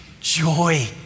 joy